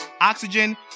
Oxygen